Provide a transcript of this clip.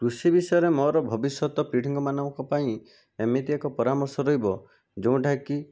କୃଷି ବିଷୟରେ ମୋର ଭବିଷ୍ୟତ ପିଢ଼ୀଙ୍କମାନଙ୍କ ପାଇଁ ଏମିତି ଏକ ପରାମର୍ଶ ରହିବ ଯେଉଁଟାକି